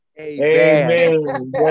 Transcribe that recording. Amen